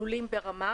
לולים ברמה.